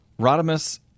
Rodimus